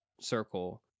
circle